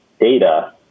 data